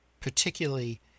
particularly